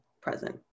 present